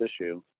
issue